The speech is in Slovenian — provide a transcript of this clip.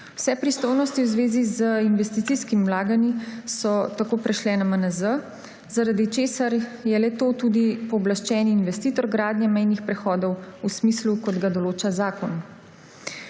Vse pristojnosti v zvezi z investicijskimi vlaganji so tako prešle na MNZ, zaradi česar je le-to tudi pooblaščen investitor gradnje mejnih prehodov v smislu, kot ga določa zakon.